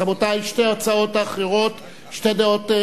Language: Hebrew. רבותי, שתי ההצעות האחרות, שתי דעות.